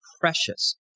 precious